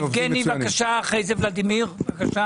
יבגני סובה, בבקשה, ואחרי כן ולדימיר בליאק.